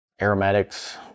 aromatics